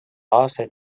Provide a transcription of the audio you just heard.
aastaid